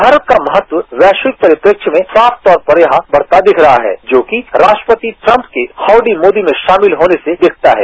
भारत का महत्व वैश्विक परिदृश्य में साफतौर पर यहां बढ़ता दिख रहा है जो कि राष्ट्रपति ट्रंप की हाउडी मोदी में शामिल होने से दिखता है